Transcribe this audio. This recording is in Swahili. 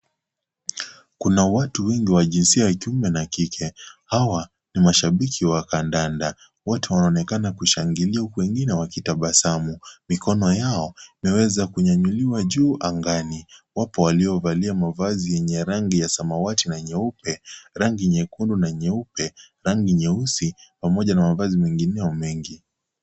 Kuna watu wengi wa jinsia ya kiume na ya kike, hawa ni mashabiki wa kadanda. Wote wanaonekana kushangilia huku wengine wakitabasamu mikono yao imeweza kunyanyuliwa juu angani. Wapo waliovalia mavazi yenye ya rangi ya samawati na nyeupe, rangi nyekundu na nyeupe, rangi nyeusi, pamoja na mavazi mengineo mengi.